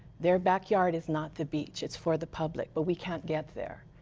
their backyard is not the beach. it's for the public. but we can't get there.